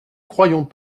croyons